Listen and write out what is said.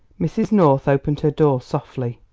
mrs. north opened her door softly.